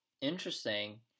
Interesting